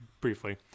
briefly